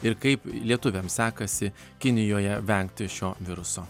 ir kaip lietuviams sekasi kinijoje vengti šio viruso